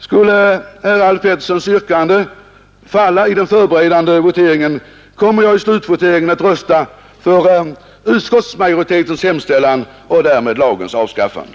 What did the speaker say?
Skulle herr Alf Petterssons yrkande falla i den förberedande voteringen, kommer jag i slutvoteringen att rösta för utskottets hemställan och därmed för lagens avskaffande.